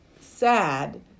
sad